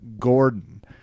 gordon